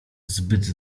zbyt